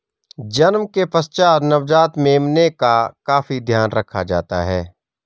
जन्म के पश्चात नवजात मेमने का काफी ध्यान रखा जाता है